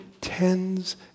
tens